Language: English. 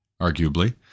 arguably